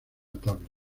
tabla